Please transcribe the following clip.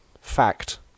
Fact